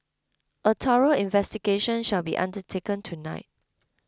a thorough investigation shall be undertaken tonight